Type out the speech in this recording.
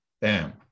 bam